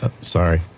Sorry